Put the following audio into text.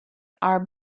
are